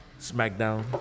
SmackDown